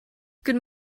good